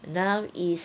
now is